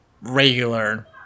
regular